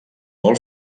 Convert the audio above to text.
molt